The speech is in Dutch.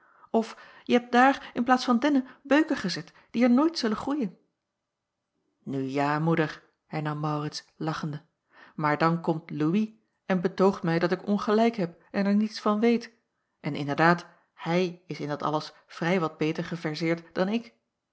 of je hebt daar in plaats van dennen beuken gezet die er nooit zullen groeien nu ja moeder hernam maurits lachende maar dan komt louis en betoogt mij dat ik ongelijk heb en er niets van weet en inderdaad hij is in dat alles vrij wat beter geverseerd dan ik